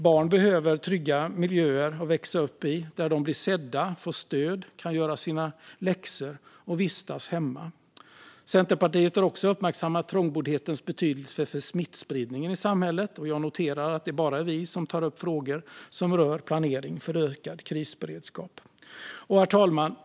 Barn behöver trygga miljöer att växa upp i där de blir sedda, får stöd, kan göra sina läxor och får vistas. Centerpartiet har också uppmärksammat trångboddhetens betydelse för smittspridningen i samhället. Och jag noterar att det är bara är vi som tar upp frågor som rör planering för ökad krisberedskap. Herr talman!